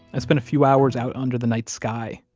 i spent a few hours out under the night sky,